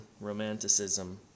Romanticism